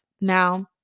Now